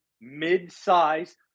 mid-size